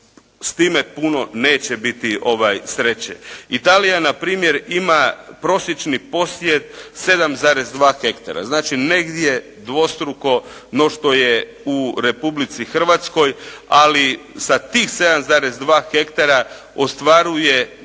s time puno neće biti sreće. Italija, na primjer ima prosječni posjed 7,2 hektara, znači negdje dvostruko no što je u Republici Hrvatskoj, ali sa tih 7,2 hektara ostvaruju,